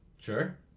sure